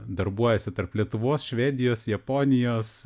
darbuojasi tarp lietuvos švedijos japonijos